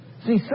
See